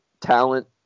talent